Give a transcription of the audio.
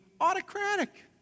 autocratic